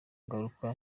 ngaruka